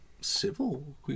civil